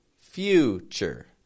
future